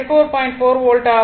4o volt ஆகும்